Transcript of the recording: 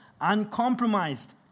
uncompromised